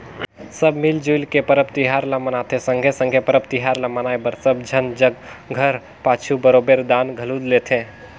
सब मिल जुइल के परब तिहार ल मनाथें संघे संघे परब तिहार ल मनाए बर सब झन जग घर पाछू बरोबेर दान घलो लेथें